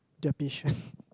they're patient